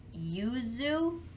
Yuzu